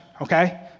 okay